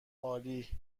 عالی